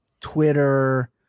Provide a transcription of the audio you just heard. Twitter